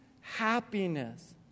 happiness